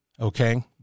okay